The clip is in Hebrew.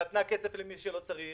נתנה כסף למי שלא צריך